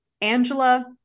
Angela